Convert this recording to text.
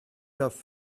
off